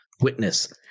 witness